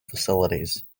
facilities